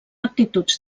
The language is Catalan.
actituds